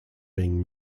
being